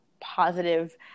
positive